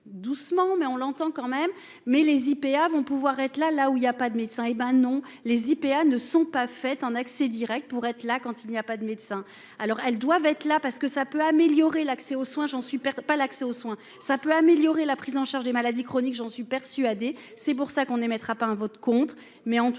Doucement mais on l'entend quand même mais les IPA vont pouvoir être là là où il y a pas de médecins et ben non les IPA ne sont pas faites un accès Direct pour être là quand il n'y a pas de médecin alors elles doivent être là parce que ça peut améliorer l'accès aux soins, j'en suis perdent pas l'accès aux soins. Ça peut améliorer la prise en charge des maladies chroniques. J'en suis persuadé. C'est pour ça qu'on ne mettra pas un vote contre mais en tout cas